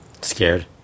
Scared